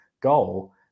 goal